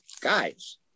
guys